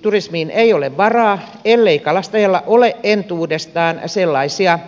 ammattiturismiin ei ole varaa ellei kalastajalla ole entuudestaan sellaisia